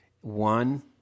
One